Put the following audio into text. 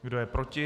Kdo je proti?